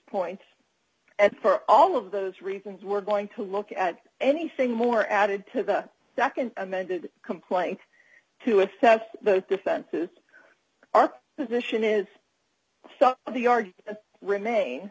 points and for all of those reasons we're going to look at anything more added to the nd amended complaint to assess the defenses our position is the art remain